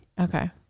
Okay